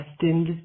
destined